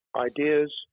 Ideas